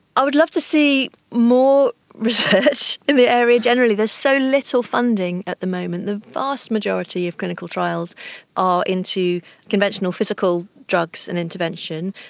i would love to see more research in the area generally. there's so little funding at the moment. the vast majority of clinical trials are into conventional physical drugs and intervention,